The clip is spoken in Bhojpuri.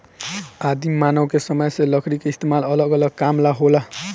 आदि मानव के समय से लकड़ी के इस्तेमाल अलग अलग काम ला होला